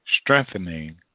strengthening